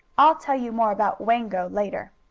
i'll tell you more about wango later.